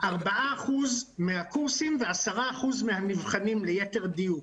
4% מהקורסים ו-10% מהנבחנים, ליתר דיוק.